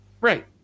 right